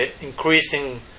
increasing